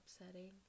upsetting